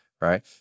right